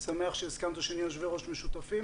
שמח שהסכמת שנהיה יושבי-ראש משותפים.